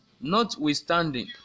Notwithstanding